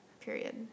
Period